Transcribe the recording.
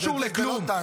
זה לא קשור לשום דבר.